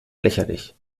lächerlich